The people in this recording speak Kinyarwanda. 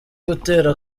gutera